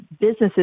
businesses